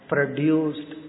Produced